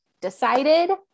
decided